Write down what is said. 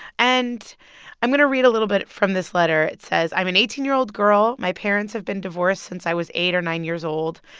and i'm going to read a little bit from this letter it says i'm an eighteen year old girl. my parents have been divorced since i was eight or nine years old,